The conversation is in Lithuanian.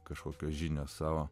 kažkokios žinios savo